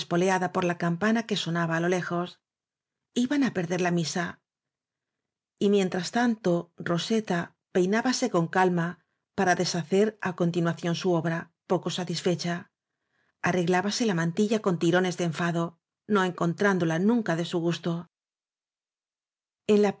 por la campana que sona ba á los lejos iban á perder la misa y mientras tanto roseta peinábase con calma para desha cer á continuación su obra poco satisfecha arreglábase la mantilla con tirones de enfado no encontrándola nunca de su misto en la plaza de